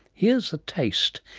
here's a taste.